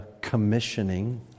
commissioning